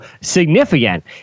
significant